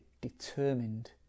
determined